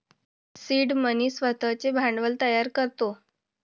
seed money स्वतःचे भांडवल तयार करतो